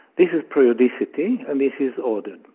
this is periodicity and this is ordered.